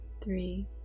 three